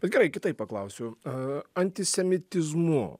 tai gerai kitaip paklausiu a antisemitizmu